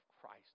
Christ